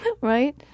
right